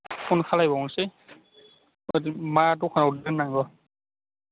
phone खालायबावसै मा दखानाव दोननांगौ